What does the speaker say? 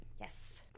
Yes